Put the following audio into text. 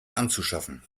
anzuschaffen